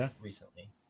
Recently